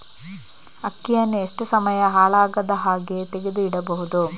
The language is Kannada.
ಅಕ್ಕಿಯನ್ನು ಎಷ್ಟು ಸಮಯ ಹಾಳಾಗದಹಾಗೆ ತೆಗೆದು ಇಡಬಹುದು?